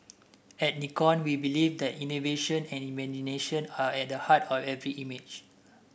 at Nikon we believe that innovation and imagination are at heart of every image